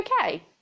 okay